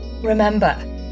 Remember